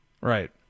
Right